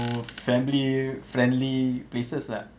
to family friendly places lah